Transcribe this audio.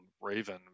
Raven